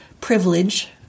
privilege